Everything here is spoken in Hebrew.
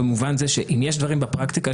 נדחתה הבקשה.